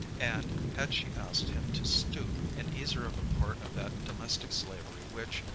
and, had she asked him to stoop, and ease her of a part of that domestic slavery which,